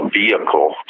vehicle